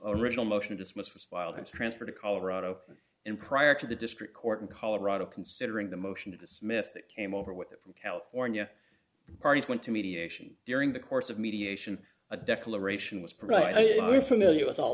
original motion to dismiss was filed and transferred to colorado and prior to the district court in colorado considering the motion to dismiss that came over with them from california parties went to mediation during the course of mediation a declaration was provided we are familiar with all